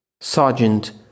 Sergeant